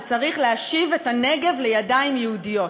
שצריך להשיב את הנגב לידיים יהודיות.